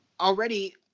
already